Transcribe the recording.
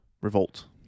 Revolt